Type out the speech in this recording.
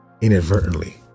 Inadvertently